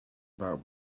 about